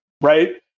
right